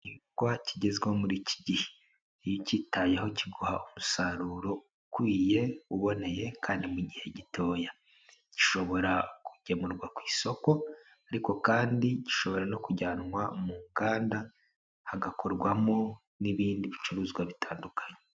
Igihingwa kigezweho muri iki gihe, iyo icyitayeho kiguha umusaruro ukwiye, uboneye kandi mu gihe gitoya, gishobora kugemurwa ku isoko, ariko kandi gishobora no kujyanwa mu nganda hagakorwamo n'ibindi bicuruzwa bitandukanye.